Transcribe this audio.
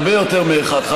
הרבה יותר מאחד.